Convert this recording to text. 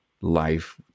life